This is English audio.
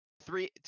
three